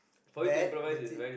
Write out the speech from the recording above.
bad that's it